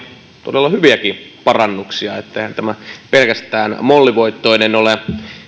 todella hyviäkin parannuksia että eihän tämä pelkästään mollivoittoinen ole